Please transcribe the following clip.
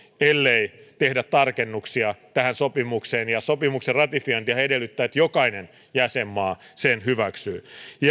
ellei tehdä tarkennuksia tähän sopimukseen ja sopimuksen ratifiointihan edellyttää että jokainen jäsenmaa sen hyväksyy